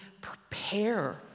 prepare